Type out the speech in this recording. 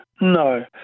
No